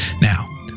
Now